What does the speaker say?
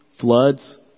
floods